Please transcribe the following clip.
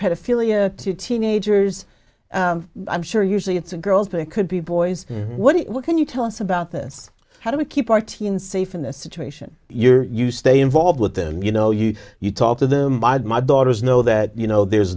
pedophilia to teenagers i'm sure usually it's the girls but it could be boys what can you tell us about this how do we keep our teen safe in this situation you're you stay involved with them you know you you talk to them by my daughter's know that you know there's